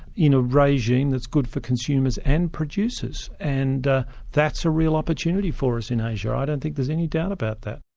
in a regime that's good for consumers and producers, and that's a real opportunity for us in asia, i don't think there's any doubt about that.